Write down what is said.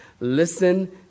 Listen